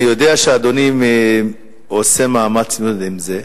אני יודע שאדוני עושה מאמץ גדול מאוד עם זה,